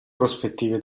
prospettive